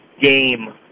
game